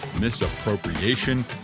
Misappropriation